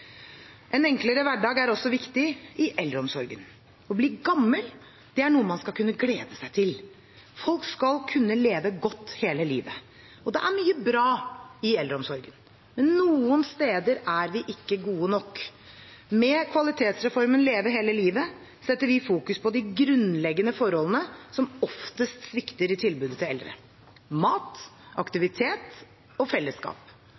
En enklere hverdag er også viktig i eldreomsorgen. Å bli gammel er noe man skal kunne glede seg til. Folk skal kunne leve godt hele livet. Det er mye bra i eldreomsorgen. Men noen steder er vi ikke gode nok. Med kvalitetsreformen Leve hele livet fokuserer vi på de grunnleggende forholdene som oftest svikter i tilbudet til eldre: mat, aktivitet og